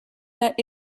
that